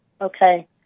Okay